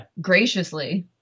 Graciously